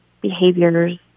behaviors